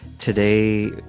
Today